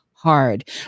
Hard